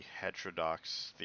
heterodox